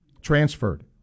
transferred